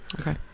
Okay